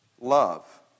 love